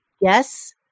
yes